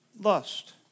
lust